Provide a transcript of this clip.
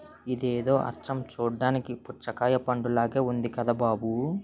ఇదేదో అచ్చం చూడ్డానికి పుచ్చకాయ పండులాగే ఉంది కదా బాబూ